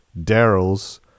Daryl's